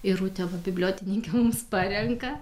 irutė va bibliotekininkė mums parenka